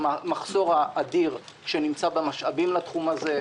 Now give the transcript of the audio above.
המחסור האדיר שנמצא במשאבים לתחום הזה,